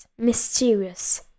mysterious